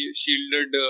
shielded